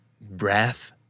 breath